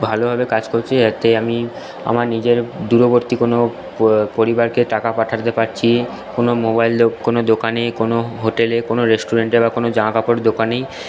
ভালোভাবে কাজ করছে যাতে আমি আমার নিজের দূরবর্তী কোনো পরিবারকে টাকা পাঠাতে পারছি কোনো মোবাইল লোক কোনো দোকানে কোনো হোটেলে কোনো রেস্টুরেন্টে বা কোনো জামা কাপড়ের দোকানেই